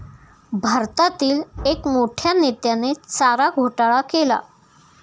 भारतातील एक मोठ्या नेत्याने चारा घोटाळा केला